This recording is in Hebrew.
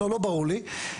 לא ברור לי.